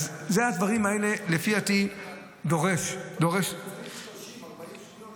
--- צריך 30 40 שניות